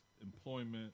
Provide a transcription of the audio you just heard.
employment